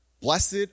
Blessed